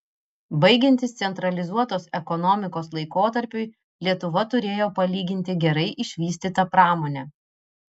baigiantis centralizuotos ekonomikos laikotarpiui lietuva turėjo palyginti gerai išvystytą pramonę